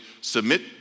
Submit